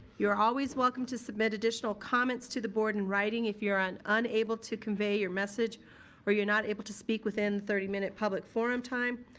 you're always welcome to submit additional comments to the board in writing if you're unable to convey your message or you're not able to speak within thirty minute public forum time.